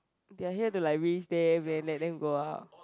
they are here to like raise them then let them go out